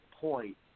point